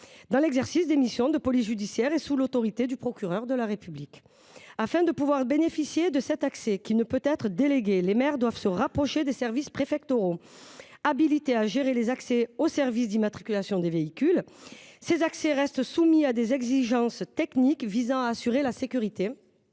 dans l’exercice des missions de police judiciaire et sous l’autorité du procureur de la République. Afin de pouvoir bénéficier de cet accès, qui ne peut être délégué, les maires doivent se rapprocher des services préfectoraux, habilités à gérer les accès au système d’immatriculation des véhicules. Ces accès restent soumis à des exigences techniques visant à assurer la sécurité